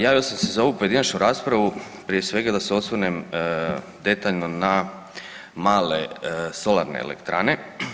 Javio sam se za ovu pojedinačnu raspravu, prije svega, da se osvrnem detaljno na male solarne elektrane.